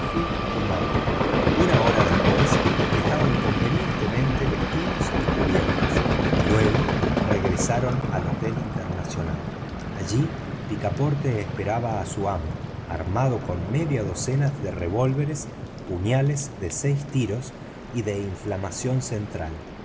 y madiboy una hora después estaban convenientemente vestidos y cubiertos y luego regresaron al hotel internacional allí picaporte esperaba a su amo armado con media docena de revólveres puñales de seis tiros y de inflamación central